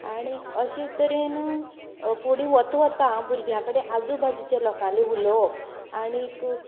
आनी अशें तरेन फुडें वता वता भुरग्या कडेन आजूबाजूचे लोकाचें उलोवप आनीक